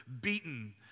beaten